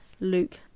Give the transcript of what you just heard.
luke